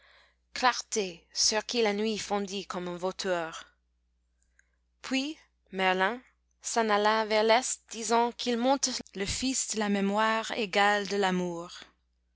sur qui la nuit fondit comme un vautour puis merlin s'en alla vers l'est disant qu'il monte le fils de la mémoire égale de l'amour